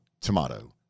tomato